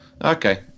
Okay